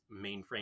Mainframe